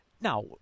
Now